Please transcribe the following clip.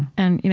and you